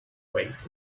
país